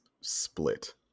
split